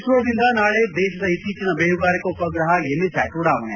ಇಸ್ತೋದಿಂದ ನಾಳೆ ದೇಶದ ಇತ್ತೀಚಿನ ಬೇಹುಗಾರಿಕಾ ಉಪಗ್ರಹ ಎಮಿಸ್ಟಾಟ್ ಉಡಾವಣೆ